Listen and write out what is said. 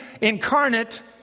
incarnate